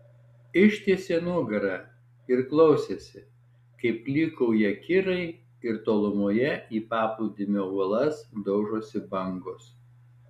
ištiesė nugarą ir klausėsi kaip klykauja kirai ir tolumoje į paplūdimio uolas daužosi bangos